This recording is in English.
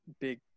big